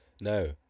No